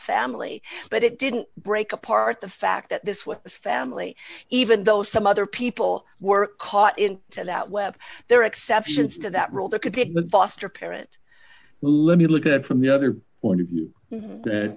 family but it didn't break apart the fact that this with this family even though some other people were caught in to that web there are exceptions to that rule the commitment foster parent let me look at from the other point of view